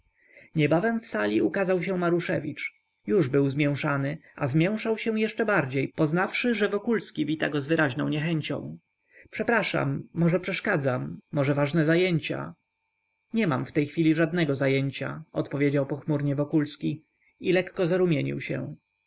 niebawem w sali ukazał się maruszewicz już był zmięszany a zmięszał się jeszcze bardziej poznawszy że wokulski wita go z wyraźną niechęcią przepraszam może przeszkadzam może ważne zajęcia nie mam w tej chwili żadnego zajęcia odpowiedział pochmurnie wokulski i lekko zarumienił się